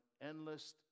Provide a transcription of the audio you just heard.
endless